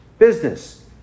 business